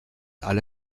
alle